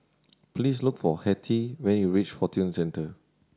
please look for Hettie when you reach Fortune Centre